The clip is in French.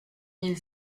mille